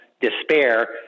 despair